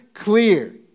clear